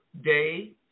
day